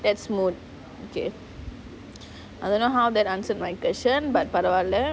that's mood okay I don't know how that answered my question but பரவலா:paravalaa